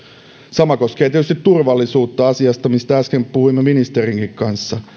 sama koskee tietysti turvallisuutta asiaa mistä äsken puhuimme ministerinkin kanssa